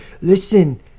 listen